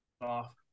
off